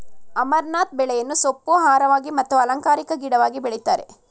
amaranth ಬೆಳೆಯನ್ನು ಸೊಪ್ಪು, ಆಹಾರವಾಗಿ ಮತ್ತು ಅಲಂಕಾರಿಕ ಗಿಡವಾಗಿ ಬೆಳಿತರೆ